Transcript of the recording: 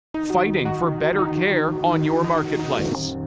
fighting for better care on your marketplace.